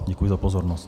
Děkuji za pozornost.